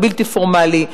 הבלתי-פורמלי,